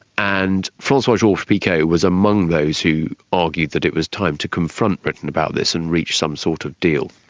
and francois georges-picot was among those who argued that it was time to confront britain about this and reach some sort of deal.